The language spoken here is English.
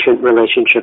relationship